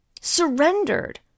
surrendered